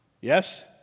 Yes